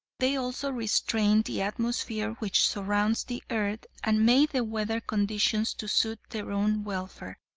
they also restrained the atmosphere which surrounds the earth and made the weather conditions to suit their own welfare.